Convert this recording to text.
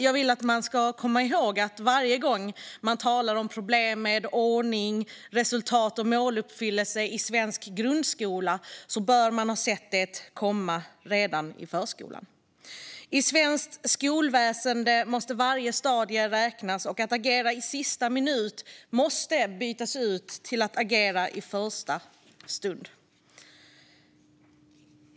Jag vill att man ska komma ihåg att varje gång man talar om problem med ordning, resultat och måluppfyllelse i svensk grundskola bör man ha sett det komma redan i förskolan. I svenskt skolväsen måste varje stadium räknas, och att agera i sista minuten måste bytas ut till att agera i första stund.